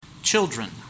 Children